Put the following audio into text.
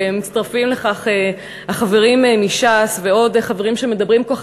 ומצטרפים לכך החברים מש"ס ועוד חברים שמדברים ככה